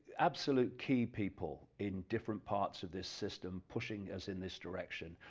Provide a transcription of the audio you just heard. absolute key people in different parts of this system, pushing us in this direction,